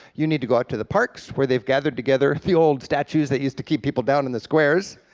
you need to go to the parks where they've gathered together the old statues that used to keep people down in the squares,